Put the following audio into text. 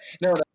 No